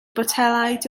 botelaid